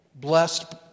Blessed